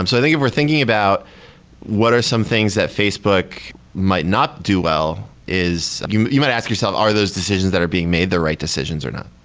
um so think if we're thinking about what are some things that facebook might not do well is you you might ask yourself, are those decisions that are being made the right decisions or not?